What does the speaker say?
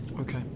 okay